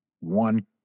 one